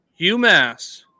UMass